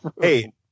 Hey